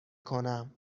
کنم